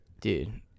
Dude